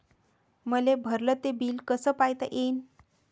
मले भरल ते बिल कस पायता येईन?